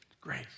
Grace